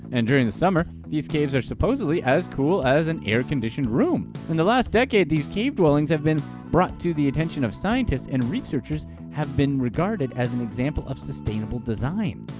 and during the summer, these caves are supposedly as cool as an air-conditioned room. in the last decade, these cave dwellings have been brought to the attention of scientists and researchers and have been regarded as an example of sustainable design.